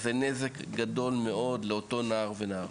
אז זה נזק גדול מאוד לאותו נער ונערה,